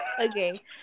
Okay